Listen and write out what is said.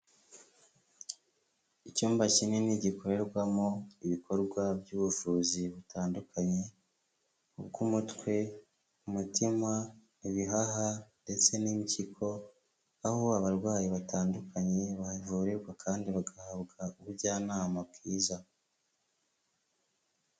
Icyumba kinini gikorerwamo ibikorwa by'ubuvuzi butandukanye, ubw'umutwe, umutima, ibihaha, ndetse n'impyiko, aho abarwayi batandukanye, bavurirwa kandi bagahabwa ubujyanama bwiza.